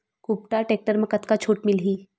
कुबटा टेक्टर म कतका छूट मिलही?